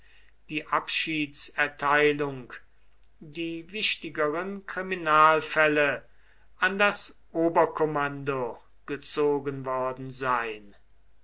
die abschiedserteilung die wichtigeren kriminalfälle an das oberkommando gezogen worden sein